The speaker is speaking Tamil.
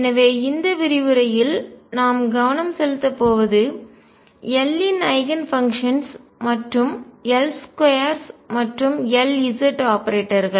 எனவே இந்த விரிவுரையில் நாம் கவனம் செலுத்தப் போவது L இன் ஐகன்ஃபங்க்ஷன்ஸ் மற்றும் L2 மற்றும் Lz ஆபரேட்டர்கள்